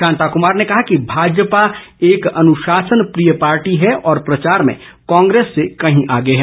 शांता कुमार ने कहा कि भाजपा एक अनुशासनप्रिय पार्टी है और प्रचार में कांग्रेस से कहीं आगे है